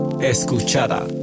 escuchada